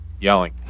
Yelling